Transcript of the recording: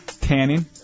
tanning